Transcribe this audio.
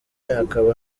akaba